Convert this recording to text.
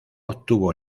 obtuvo